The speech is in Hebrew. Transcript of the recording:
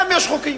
גם יש חוקים.